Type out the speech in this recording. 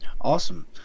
awesome